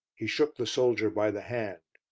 he shook the soldier by the hand.